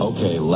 Okay